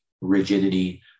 rigidity